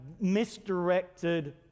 misdirected